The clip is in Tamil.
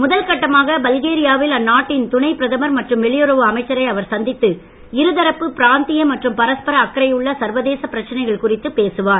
முதல் கட்டமாக பல்கேரியாவில் அந்நாட்டின் துணை பிரதமர் மற்றும் வெளியுறவு அமைச்சரை அவர் சந்தித்து இருதரப்பு பிராந்திய மற்றும் பரஸ்பர அக்கறையுள்ள சர்வதேச பிரச்சனைகள் குறித்து பேசுவார்